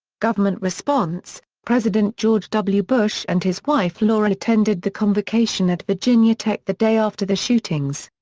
government response president george w. bush and his wife laura attended the convocation at virginia tech the day after the shootings.